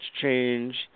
change